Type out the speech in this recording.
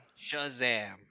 Shazam